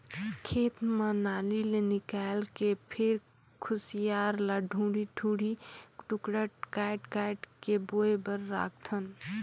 खेत म नाली ले निकायल के फिर खुसियार ल दूढ़ी दूढ़ी टुकड़ा कायट कायट के बोए बर राखथन